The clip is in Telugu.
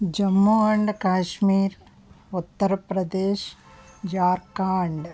జమ్మూ అండ్ కాశ్మీర్ ఉత్తరప్రదేశ్ ఝార్ఖండ్